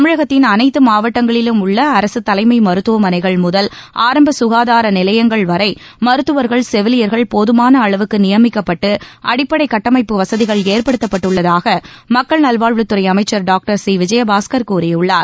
தமிழகத்தின் அனைத்து மாவட்டங்களிலும் உள்ள அரசு தலைமை மருத்துவமனைகள் முதல் ஆரம்ப சுகாதார நிலையங்கள் வரை மருத்துவர்கள் செவிலியர்கள் போதுமான அளவுக்கு நியமிக்கப்பட்டு அடிப்படை கட்டமைப்பு வசதிகள் ஏற்படுத்தப்பட்டுள்ளதாக மக்கள் நல்வாழ்வுத்துறை அமைச்சர் டாக்டர் சி விஜயபாஸ்கர் கூறியுள்ளார்